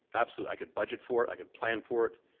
absolutely. i could budget for it. i could plan for it.